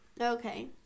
Okay